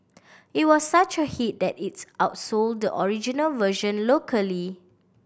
it was such a hit that it outsold the original version locally